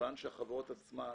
ומכיוון שהחברות עצמן